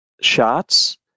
shots